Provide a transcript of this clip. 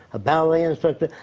a ballet instructor.